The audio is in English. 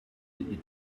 you